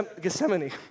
Gethsemane